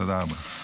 תודה רבה.